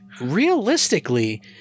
Realistically